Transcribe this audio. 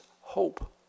hope